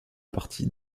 parti